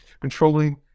controlling